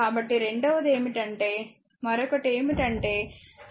కాబట్టి రెండవది ఏమిటంటే మరొకటి ఏమిటంటే చిత్రం 2